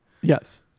Yes